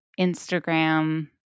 Instagram